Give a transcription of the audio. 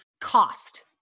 cost